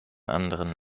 anderen